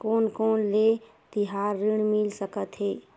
कोन कोन ले तिहार ऋण मिल सकथे?